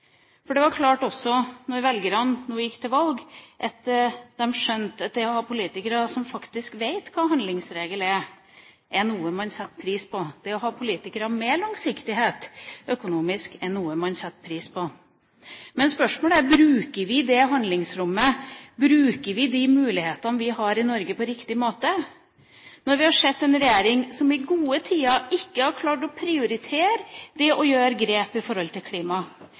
måte? Det var klart da velgerne gikk til valg, at de skjønte at det å ha politikere som faktisk vet hva handlingsregel er, er noe man setter pris på. Det å ha politikere som tenker langsiktighet økonomisk, er noe man setter pris på. Men spørsmålet er: Bruker vi det handlingsrommet – bruker vi de mulighetene vi har i Norge, på riktig måte, når vi har sett en regjering som i gode tider ikke klarer å prioritere det å gjøre grep i forhold til